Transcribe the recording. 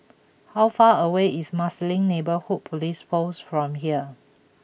how far away is Marsiling Neighbourhood Police Post from here